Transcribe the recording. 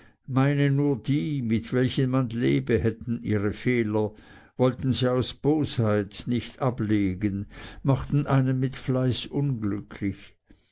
meine nur die mit welchen man lebe hätten ihre fehler wollten sie aus bosheit nicht ablegen machten einen mit fleiß unglücklich